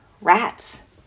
rats